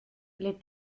les